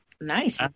Nice